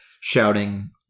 shouting